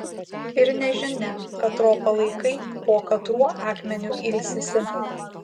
ir nežinia katro palaikai po katruo akmeniu ilsisi